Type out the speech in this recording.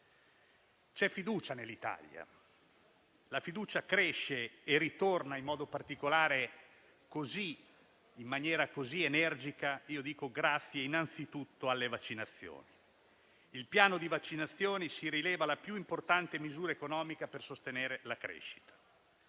C'è fiducia nell'Italia; la fiducia cresce e ritorna in modo particolare, in maniera così energica, grazie innanzitutto alle vaccinazioni. Il piano di vaccinazioni si rileva la più importante misura economica per sostenere la crescita.